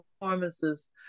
performances